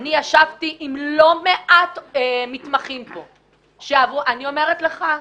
אני ישבתי עם לא מעט מתמחים פה, אני אומרת לך: